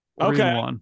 Okay